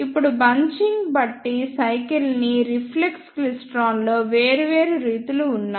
ఇప్పుడు బంచింగ్ బట్టి సైకిల్ ని రిఫ్లెక్స్ క్లైస్ట్రాన్లో వేర్వేరు రీతులు ఉన్నాయి